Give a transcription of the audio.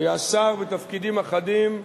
הוא היה שר בתפקידים אחדים,